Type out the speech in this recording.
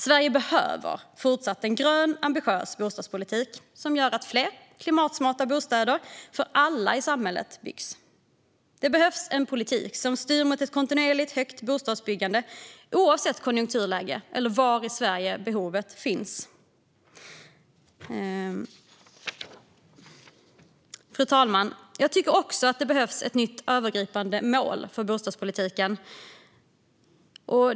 Sverige behöver även i fortsättningen en grön och ambitiös bostadspolitik som gör att det byggs fler klimatsmarta bostäder för alla i samhället. Det behövs en politik som styr mot ett kontinuerligt högt bostadsbyggande oavsett konjunkturläget eller var i Sverige behovet finns. Fru talman! Jag tycker också att det behövs ett nytt övergripande mål för bostadspolitiken.